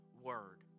word